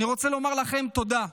אני רוצה לומר לכם תודה.